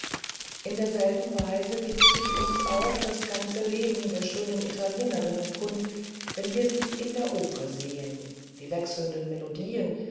in derselben weise gibt sich uns auch das ganze leben der schönen italienerinnen kund wenn wir sie in der oper sehen die wechselnden melodien